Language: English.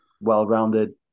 well-rounded